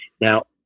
Now